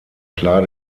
klar